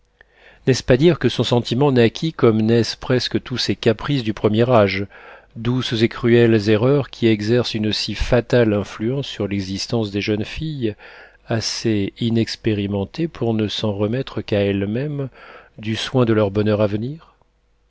n'est-ce pas dire que son sentiment naquit comme naissent presque tous ces caprices du premier âge douces et cruelles erreurs qui exercent une si fatale influence sur l'existence des jeunes filles assez inexpérimentées pour ne s'en remettre qu'à elles-mêmes du soin de leur bonheur à venir